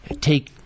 take